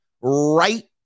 right